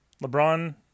LeBron